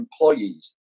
employees